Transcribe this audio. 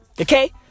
Okay